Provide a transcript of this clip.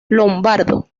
lombardo